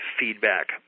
feedback